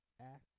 act